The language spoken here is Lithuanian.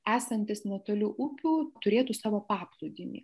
esantis netoli upių turėtų savo paplūdimį